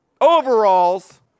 overalls